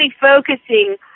focusing